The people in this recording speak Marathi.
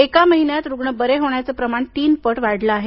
एका महिन्यात रुग्ण बरे होण्याचे प्रमाण तीन पट वाढले आहे